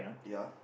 ya